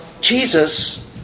Jesus